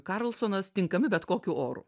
karlsonas tinkami bet kokiu oru